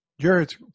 jared